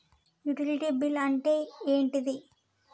Utility bill అంటే ఏంటిది?